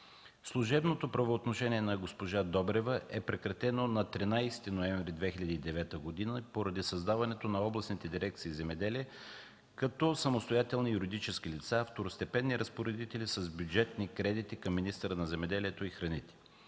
Служебното правоотношение на госпожа Добрева е прекратено на 13 ноември 2009 г. поради създаването на областните дирекции „Земеделие” като самостоятелни юридически лица, второстепенни разпоредители с бюджетни кредити към министъра на земеделието и храните.